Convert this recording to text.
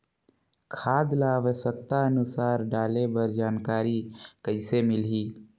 खाद ल आवश्यकता अनुसार डाले बर जानकारी कइसे मिलही?